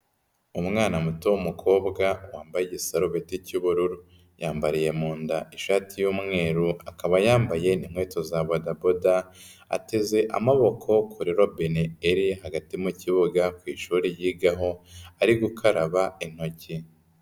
Umwana muto w'umukobwa wambaye igisarubeti cy'ubururu, yambariye mu nda ishati y'umweru, akaba yambaye n'inkweto za badaboda, ateze amaboko kuri robine iri hagati mu kibuga, ku ishuri yigaho ari gukaraba intoki.